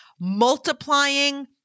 multiplying